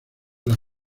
las